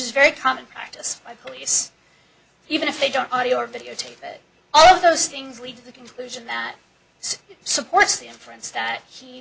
is very common practice by police even if they don't audio or video tape it all of those things lead to the conclusion that supports the inference that he